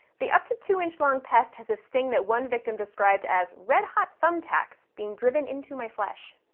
the up to two inch long pest has a sting that one victim described as red-hot thumbtacks being driven into my flesh.